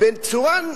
בצורה,